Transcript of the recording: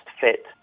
fit